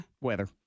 Weather